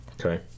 Okay